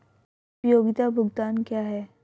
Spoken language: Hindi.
उपयोगिता भुगतान क्या हैं?